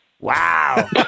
Wow